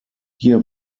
hier